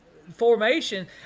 formation